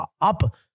up